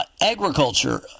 agriculture